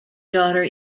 daughter